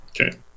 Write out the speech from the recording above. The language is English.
okay